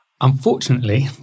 Unfortunately